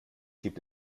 gibt